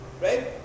right